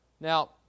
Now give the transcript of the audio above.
Now